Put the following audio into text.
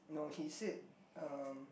no he said um